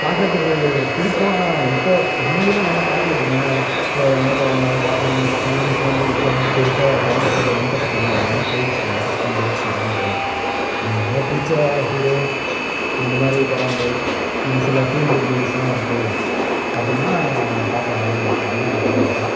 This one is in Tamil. பார்க்குறதுக்கு பிடிக்கும் ஆனால் இப்போ முன்னாடிலாம் நல்லா பார்த்துக்கிட்டு இருந்தேன் எந்த படம் வந்தாலும் பார்க்குணும் பார்க்குணும்னு தோணும் இப்போ வந்து பெருசாக படம் பார்க்குறதில் இன்ட்ரஸ்டு இல்லை எல்லாம் போயிடுச்சி இன்ட்ரஸ்ட்லாம் போயிடுச்சி படம் பார்க்குறதுலாம் எனக்கு ரொம்ப பிடிச்ச ஹீரோஸ் அந்த மாதிரி படங்கள் சில ஃபீல் குட் மூவீஸ்லாம் இருக்குது அப்படினா பார்ப்பேன் அதெல்லாம் பார்ப்பேன் அதலாம் எனக்கு ரொம்ப பிடிக்கும்